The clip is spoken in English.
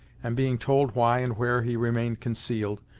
and being told why and where he remained concealed,